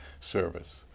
service